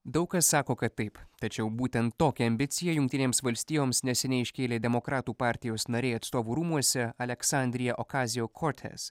daug kas sako kad taip tačiau būtent tokią ambiciją jungtinėms valstijoms neseniai iškėlė demokratų partijos nariai atstovų rūmuose aleksandrija okazijo kortes